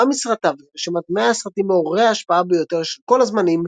מסרטיו לרשימת 100 הסרטים מעוררי ההשפעה ביותר של כל הזמנים,